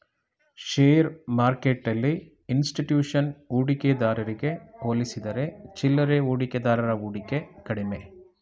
share ಮಾರ್ಕೆಟ್ಟೆಲ್ಲಿ institution ಹೂಡಿಕೆದಾರಗೆ ಹೋಲಿಸಿದರೆ ಚಿಲ್ಲರೆ ಹೂಡಿಕೆದಾರರ ಹೂಡಿಕೆ ಕಡಿಮೆ